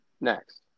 Next